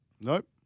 Nope